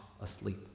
asleep